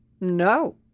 no